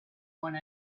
one